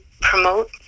promote